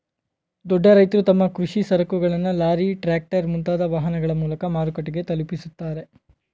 ದೊಡ್ಡ ರೈತ್ರು ತಮ್ಮ ಕೃಷಿ ಸರಕುಗಳನ್ನು ಲಾರಿ, ಟ್ರ್ಯಾಕ್ಟರ್, ಮುಂತಾದ ವಾಹನಗಳ ಮೂಲಕ ಮಾರುಕಟ್ಟೆಗೆ ತಲುಪಿಸುತ್ತಾರೆ